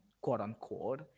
quote-unquote